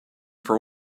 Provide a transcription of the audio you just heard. for